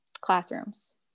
classrooms